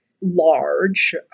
large